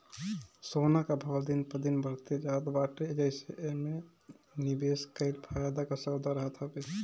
सोना कअ भाव दिन प दिन बढ़ते जात बाटे जेसे एमे निवेश कईल फायदा कअ सौदा रहत हवे